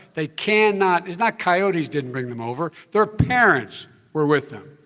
they cannot it's not, coyotes didn't bring them over. their parents were with them.